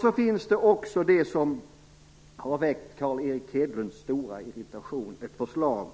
Så finns också det som har väckt Carl Erik Hedlunds stora irritation, nämligen ett förslag